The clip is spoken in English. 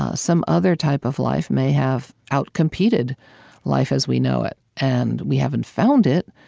ah some other type of life may have outcompeted life as we know it, and we haven't found it,